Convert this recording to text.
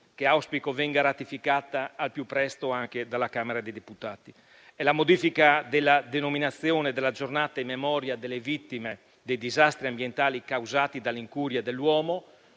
che auspico venga ratificata al più presto anche dalla Camera dei deputati. Si tratta della modifica della denominazione della Giornata in memoria delle vittime dei disastri ambientali causati dall'incuria dell'uomo,